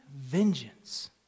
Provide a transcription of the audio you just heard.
vengeance